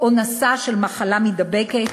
או נשא של מחלה מידבקת,